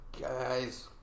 guys